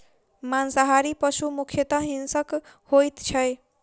मांसाहारी पशु मुख्यतः हिंसक होइत छै